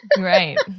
right